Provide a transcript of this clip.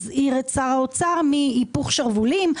הזהיר את שר האוצר מהיפוך שרוולים,